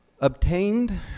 obtained